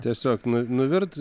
tiesiog nu nuvirt